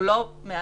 הוא לא מעליו,